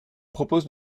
propose